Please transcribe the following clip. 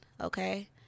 Okay